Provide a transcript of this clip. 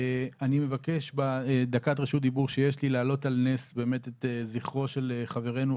אני מבקש בדקת רשות הדיבור שיש להעלות על נס באמת את זכרו של חברינו,